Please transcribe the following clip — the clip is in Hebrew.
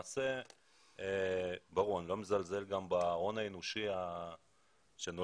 אני לא מזלזל בהון האנושי שנולד,